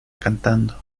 cantando